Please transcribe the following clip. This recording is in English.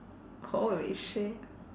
holy shit